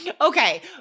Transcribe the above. Okay